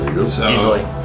Easily